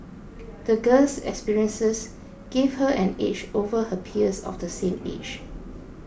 the girl's experiences gave her an edge over her peers of the same age